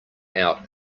out